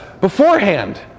beforehand